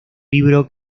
libro